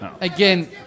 Again